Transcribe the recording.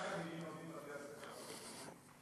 כמה תלמידים לומדים בבתי-הספר הלא-רשמיים?